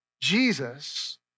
Jesus